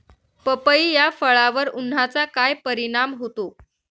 पपई या फळावर उन्हाचा काय परिणाम होतो?